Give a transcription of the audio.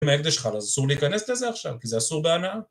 אם ההקדש חל אז אסור להיכנס לזה עכשיו כי זה אסור בהנאה